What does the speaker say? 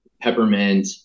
peppermint